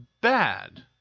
bad